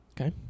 Okay